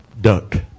duck